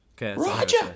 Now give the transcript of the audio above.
Roger